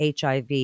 HIV